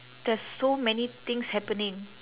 there's so many things happening